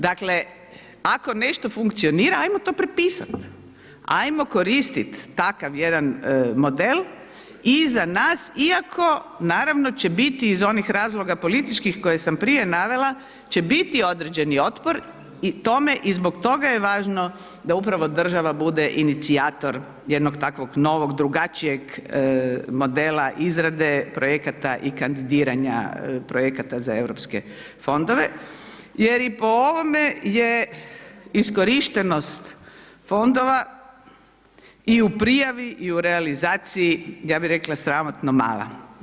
Dakle, ako nešto funkcionira ajmo to prepisat, ajmo koristit takav jedan model i za nas iako naravno će biti iz onih razloga političkih koje sam prije navela, će biti određeni otpor tome i zbog toga je važno da upravo država bude inicijator jednog takvog novog drugačijeg modela izrade projekata i kandidiranja projekata za Europske fondove jer i po ovome je iskorištenost fondova i u prijavi i u realizaciji ja bi rekla sramotno mala.